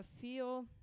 feel